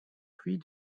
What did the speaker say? pluies